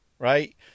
Right